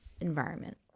environment